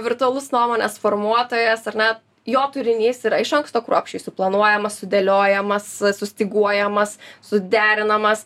virtualus nuomonės formuotojas ar ne jo turinys yra iš anksto kruopščiai suplanuojamas sudėliojamas sustyguojamas suderinamas